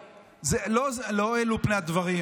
ומהוועדות, לא אלו פני הדברים.